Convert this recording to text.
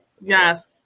yes